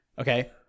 Okay